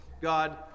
God